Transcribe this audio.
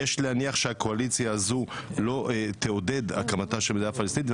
יש להניח שהקואליציה הזו לא תעודד הקמתה של מדינה פלסטינית,